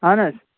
اَہن حظ